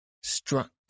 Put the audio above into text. struck